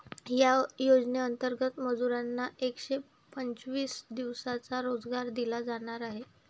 या योजनेंतर्गत मजुरांना एकशे पंचवीस दिवसांचा रोजगार दिला जाणार आहे